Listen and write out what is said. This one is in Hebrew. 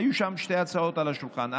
היו שם שתי הצעות על השולחן,